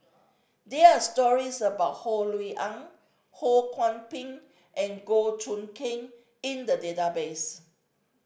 there are stories about Ho Rui An Ho Kwon Ping and Goh Choon King in the database